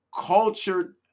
cultured